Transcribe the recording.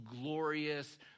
glorious